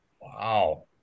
wow